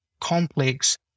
complex